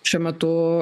šiuo metu